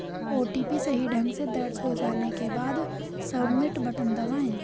OTP सही ढंग से दर्ज हो जाने के बाद, सबमिट बटन दबाएं